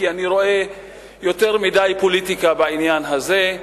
כי אני רואה יותר מדי פוליטיקה בעניין הזה,